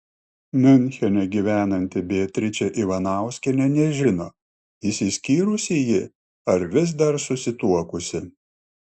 miunchene gyvenanti beatričė ivanauskienė nežino išsiskyrusi ji ar vis dar susituokusi